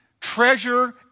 treasure